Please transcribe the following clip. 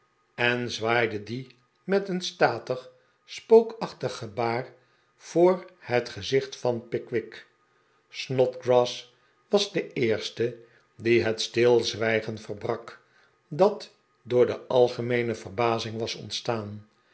en zwaaide dien met een statig spookaehtig gebaar voor het gezicht van pickwick snodgrass was de eerste die het stilzwijgen verbrak dat door de algemeene verbazing was ontstaan